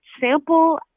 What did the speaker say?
sample